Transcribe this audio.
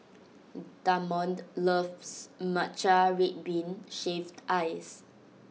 Damond loves Matcha Red Bean Shaved Ice